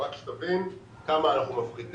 רק שתבין כמה אנחנו מפחיתים.